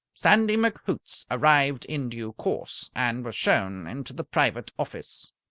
sandy mchoots arrived in due course, and was shown into the private office.